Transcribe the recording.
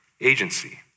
agency